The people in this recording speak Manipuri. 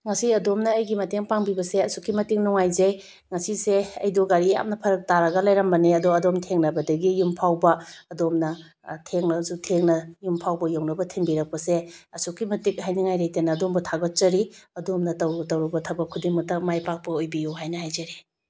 ꯉꯁꯤ ꯑꯗꯣꯝꯅ ꯑꯩꯒꯤ ꯃꯇꯦꯡ ꯄꯥꯡꯕꯤꯕꯁꯦ ꯑꯁꯨꯛꯀꯤ ꯃꯇꯤꯛ ꯅꯨꯡꯉꯥꯏꯖꯩ ꯉꯁꯤꯁꯦ ꯑꯩꯗꯣ ꯒꯥꯔꯤ ꯌꯥꯝꯅ ꯐꯔꯛ ꯇꯥꯔꯒ ꯂꯩꯔꯝꯕꯅꯦ ꯑꯗꯣ ꯑꯗꯣꯝ ꯊꯦꯡꯅꯕꯗꯒꯤ ꯌꯨꯝ ꯐꯥꯎꯕ ꯑꯗꯣꯝꯕ ꯊꯦꯡꯂꯕꯁꯨ ꯊꯦꯡꯅ ꯌꯨꯝꯐꯥꯎꯕ ꯌꯧꯅꯕ ꯊꯤꯟꯕꯤꯔꯛꯄꯁꯦ ꯑꯁꯨꯛꯀꯤ ꯃꯇꯤꯛ ꯍꯥꯏꯅꯤꯡꯉꯥꯏ ꯂꯩꯇꯅ ꯑꯗꯣꯝꯕꯨ ꯊꯥꯒꯠꯆꯔꯤ ꯑꯗꯣꯝꯅ ꯇꯧꯔꯨ ꯇꯧꯔꯨꯕ ꯊꯕꯛ ꯈꯨꯗꯤꯡꯃꯛꯇ ꯃꯥꯏ ꯄꯥꯛꯄ ꯑꯣꯏꯕꯤꯌꯨ ꯍꯥꯏꯅ ꯍꯥꯏꯖꯔꯤ